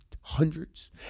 hundreds